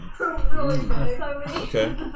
Okay